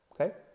okay